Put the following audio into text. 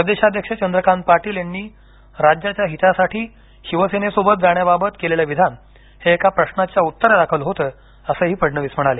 प्रदेशाध्यक्ष चंद्रकांत पाटील यांनी राज्याच्या हितासाठी शिवसेनेसोबत जाण्याबाबत केलेलं विधान हे एका प्रश्नाच्या उत्तरादाखल होत असंही फडणवीस म्हणाले